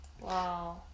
Wow